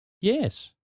yes